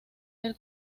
del